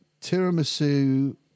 tiramisu